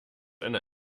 einer